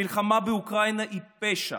המלחמה באוקראינה היא פשע,